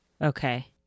Okay